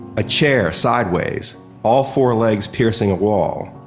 a chair sideways, all four legs piercing a wall,